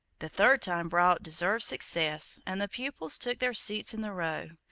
the third time brought deserved success, and the pupils took their seats in the row.